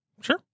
Sure